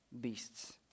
beasts